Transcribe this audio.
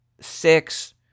six